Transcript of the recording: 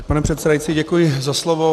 Pane předsedající, děkuji za slovo.